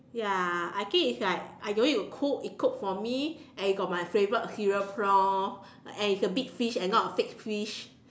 ya I think it's like I don't need to cook it cook for me and it got my favourite cereal prawn and it's a big fish and not a fake fish